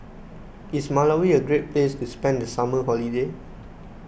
is Malawi a great place to spend the summer holiday